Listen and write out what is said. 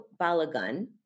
Balagun